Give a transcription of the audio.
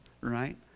right